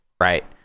Right